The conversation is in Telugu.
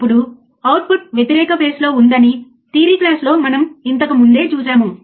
ఇప్పుడు మనం అవుట్పుట్ వోల్టేజ్ను కొలుస్తున్నాము